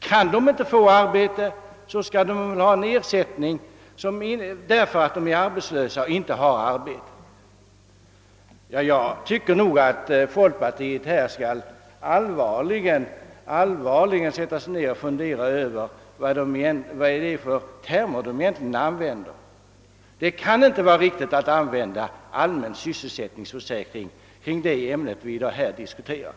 Kan de inte få sådant skall de ha ersättning därför att de är arbetslösa. Jag tycker att folkpartiet allvarligt skall fundera över vilka termer man använder. Det kan inte vara riktigt att använda termen allmän om det ämne vi i dag diskuterar.